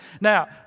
Now